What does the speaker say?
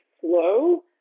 slow